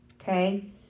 Okay